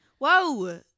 Whoa